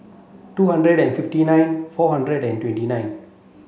two hundred and fifty nine four hundred and twenty nine